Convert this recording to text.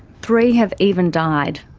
three have even died.